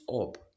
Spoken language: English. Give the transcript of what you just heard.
up